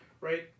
right